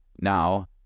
now